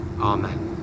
Amen